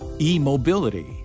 E-mobility